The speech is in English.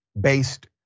based